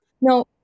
No